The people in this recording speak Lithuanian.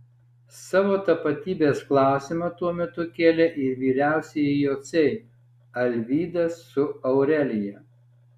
savo tapatybės klausimą tuo metu kėlė ir vyriausieji jociai alvydas su aurelija